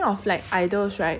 learning to dance to